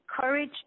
courage